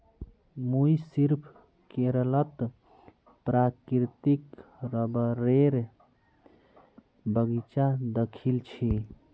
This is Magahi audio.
मुई सिर्फ केरलत प्राकृतिक रबरेर बगीचा दखिल छि